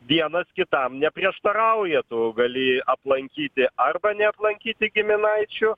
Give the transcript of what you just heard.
vienas kitam neprieštarauja tu gali aplankyti arba neaplankyti giminaičių